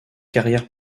carrière